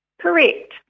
Correct